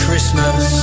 Christmas